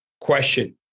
question